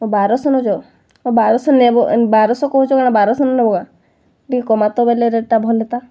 ଓ ବାରଶହ ନଉଛ ବାରଶହ ନେବ ବାରଶହ କହୁଛ କାଣା ବାରଶହ ନେବ କେଁ ଟିକେ କମାତ ବେଲେ ରେଟ୍ଟା ଭଲ୍ ହେତା